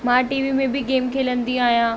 मां टीवी में बि गेम खेॾंदी आहियां